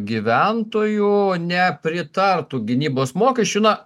gyventojų nepritartų gynybos mokesčių na